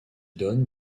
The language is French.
donne